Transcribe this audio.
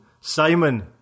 Simon